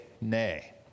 nay